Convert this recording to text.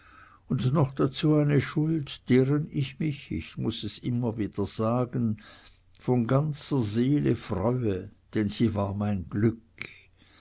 und noch dazu eine schuld deren ich mich ich muß es dir immer wieder sagen von ganzer seele freue denn sie war mein glück